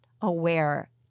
aware